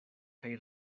kaj